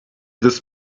this